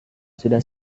sudah